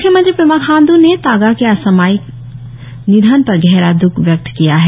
म्ख्यमंत्री पेमा खांड्र ने तागा के असामयिक निधन पर गहरा द्रख व्यक्त किया है